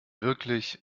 wirklich